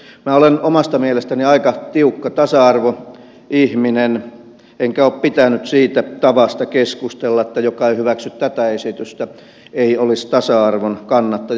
minä olen omasta mielestäni aika tiukka tasa arvoihminen enkä ole pitänyt siitä tavasta keskustella että joka ei hyväksy tätä esitystä ei olisi tasa arvon kannattaja